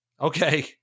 okay